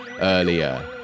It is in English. earlier